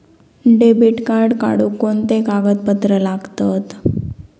Debit card काढुक कोणते कागदपत्र लागतत?